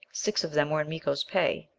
six of them were in miko's pay.